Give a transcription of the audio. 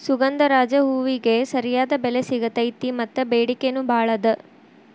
ಸುಗಂಧರಾಜ ಹೂವಿಗೆ ಸರಿಯಾದ ಬೆಲೆ ಸಿಗತೈತಿ ಮತ್ತ ಬೆಡಿಕೆ ನೂ ಬಾಳ ಅದ